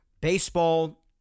baseball